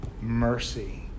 mercy